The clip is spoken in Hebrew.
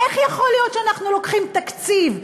איך יכול להיות שאנחנו לוקחים תקציב,